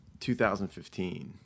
2015